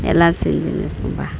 எல்லாம் செஞ்சின்னு இருப்பேன்ப்பா